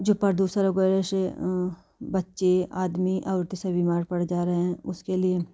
जो प्रदूषण वगैरह से बच्चे आदमी औरतों सभी बीमार पड़ जा रहे हैं उसके लिए